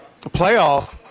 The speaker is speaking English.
playoff